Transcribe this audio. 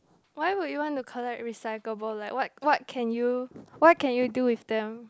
why would you wanna collect recyclable like what what can you what can you do with them